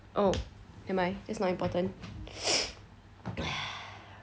oh nevermind that is not important